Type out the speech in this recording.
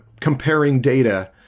comparing data